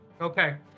Okay